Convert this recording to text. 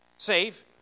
Save